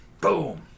Boom